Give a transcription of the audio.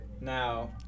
Now